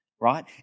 right